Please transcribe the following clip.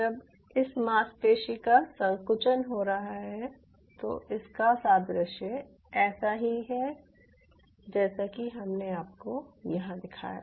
जब इस मांसपेशी का संकुचन हो रहा है तो इसका सादृश्य ऐसा ही है जैसा कि हमने आपको यहां दिखाया था